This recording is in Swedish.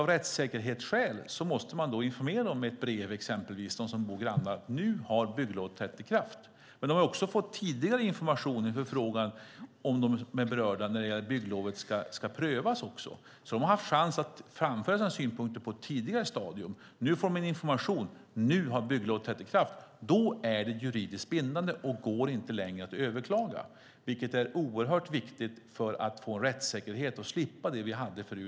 Av rättssäkerhetsskäl måste man informera, exempelvis per brev, dem som är grannar om att nu har bygglovet trätt i kraft. De som är berörda har även tidigare, när bygglovet skulle prövas, fått information och en förfrågan. De har därför redan i ett tidigare stadium haft möjlighet att framföra sina synpunkter. Nu får de information om att bygglovet trätt i kraft. Då är det juridiskt bindande och kan inte längre överklagas, vilket är oerhört viktigt för att få rättssäkerhet och slippa det som vi hade tidigare.